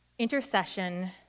Intercession